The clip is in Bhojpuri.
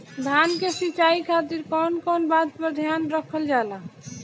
धान के सिंचाई खातिर कवन कवन बात पर ध्यान रखल जा ला?